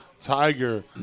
Tiger